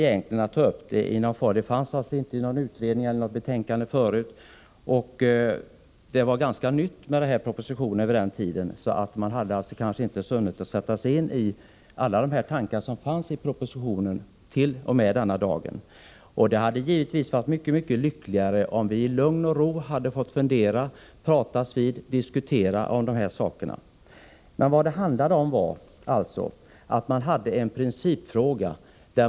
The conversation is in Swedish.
Det fanns alltså inte någon utredning eller något betänkande som låg till grund för förslaget, utan det var ganska nytt vid det tillfället. Man hade till den här dagen inte hunnit sätta sig in i alla de tankar som fanns i propositionen. Det hade givetvis varit mycket lyckligare om vi i lugn och ro hade fått fundera, talas vid och diskutera om de här frågorna. Vad det handlade om var en principfråga.